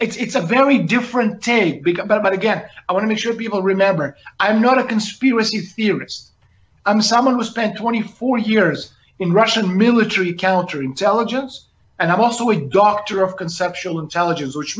so it's a very different take big about but again i want to make sure people remember i'm not a conspiracy theorist i'm someone who spent twenty four years in russian military counter intelligence and i'm also a doctor of conceptual intelligence which